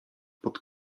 pod